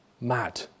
mad